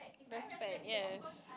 that's bad yes